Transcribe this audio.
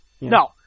No